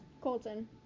Colton